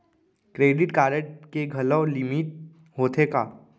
Credit card के घलव limit होथे का?